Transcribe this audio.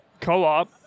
co-op